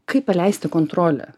kaip paleisti kontrolę